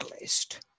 list